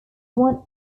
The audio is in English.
one